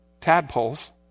tadpoles